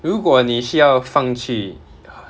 oh 它是一个 list 来的 ah 那个那个 Facebook